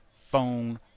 phone